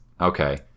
okay